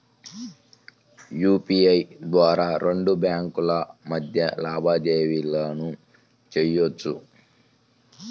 UPI ద్వారా రెండు బ్యేంకుల మధ్య లావాదేవీలను చెయ్యొచ్చు